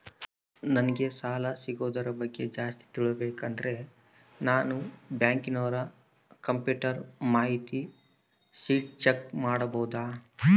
ನಂಗೆ ಸಾಲ ಸಿಗೋದರ ಬಗ್ಗೆ ಜಾಸ್ತಿ ತಿಳಕೋಬೇಕಂದ್ರ ನಾನು ಬ್ಯಾಂಕಿನೋರ ಕಂಪ್ಯೂಟರ್ ಮಾಹಿತಿ ಶೇಟ್ ಚೆಕ್ ಮಾಡಬಹುದಾ?